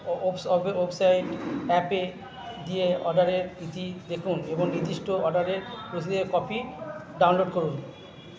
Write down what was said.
website অ্যাপে গিয়ে অর্ডারের ইতি দেখুন এবং নির্দিষ্ট অর্ডারের রসিদের কপি ডাউনলোড করুন